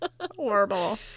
Horrible